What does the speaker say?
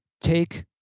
take